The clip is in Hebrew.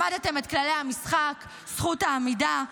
למדתם את כללי המשחק: זכות העמידה,